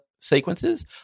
sequences